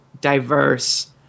diverse